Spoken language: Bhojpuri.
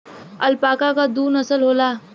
अल्पाका क दू नसल होला